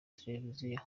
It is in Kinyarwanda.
televiziyo